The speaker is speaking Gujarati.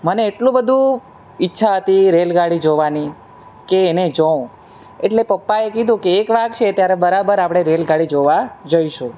મને એટલું બધું ઈચ્છા હતી રેલગાડી જોવાની કે એને જોઉં એટલે પપ્પાએ કીધું કે એક વાગશે ત્યારે બરાબર આપણે રેલગાડી જોવા જઈશું